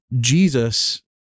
Jesus